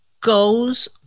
goes